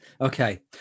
Okay